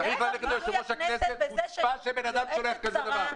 --- צריך --- ליושב-ראש הכנסת חוצפה שבן אדם שולח כזה דבר.